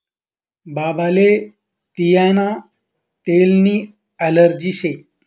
बाबाले तियीना तेलनी ॲलर्जी शे